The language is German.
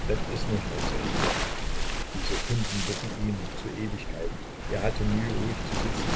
wenn es nur schnell zu ende wäre die sekunden wurden ihm zu ewigkeiten er hatte mühe ruhig zu sitzen